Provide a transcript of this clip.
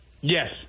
Yes